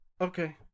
okay